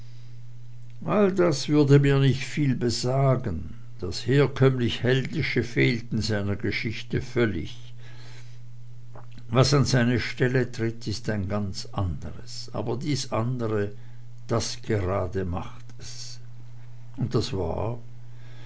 all das wurde mir nicht viel besagen das herkömmlich heldische fehlt in seiner geschichte völlig was an seine stelle tritt ist ein ganz andres aber dies andre das gerade macht es und das war